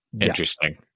Interesting